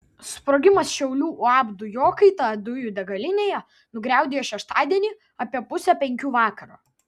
sprogimas šiaulių uab dujokaita dujų degalinėje nugriaudėjo šeštadienį apie pusę penkių vakaro